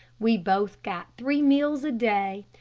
we both got three meals a day.